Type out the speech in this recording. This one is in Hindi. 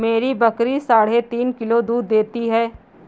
मेरी बकरी साढ़े तीन किलो दूध देती है